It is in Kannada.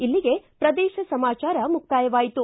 ಇಲ್ಲಿಗೆ ಪ್ರದೇಶ ಸಮಾಚಾರ ಮುಕ್ಕಾಯವಾಯಿತು